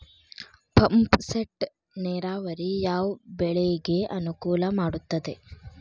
Pump set ನೇರಾವರಿ ಯಾವ್ ಬೆಳೆಗೆ ಅನುಕೂಲ ಮಾಡುತ್ತದೆ?